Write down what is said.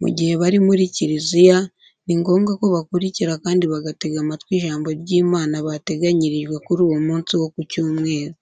Mu gihe bari muri kiriziya ni ngombwa ko bakurikira kandi bagatega amatwi ijambo ry'Imana bateganyirijwe kuri uwo munsi wo ku cyumweru.